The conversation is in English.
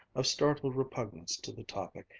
of startled repugnance to the topic,